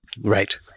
Right